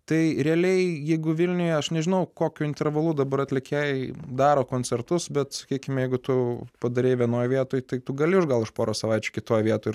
tai realiai jeigu vilniuje aš nežinau kokiu intervalu dabar atlikėjai daro koncertus bet sakykime jeigu tu padarei vienoj vietoj tai tu gali ir gal už poros savaičių kitoje vietoje